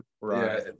right